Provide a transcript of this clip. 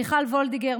מיכל וולדיגר,